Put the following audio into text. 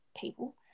people